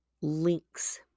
links